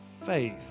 faith